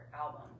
album